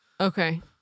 Okay